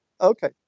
Okay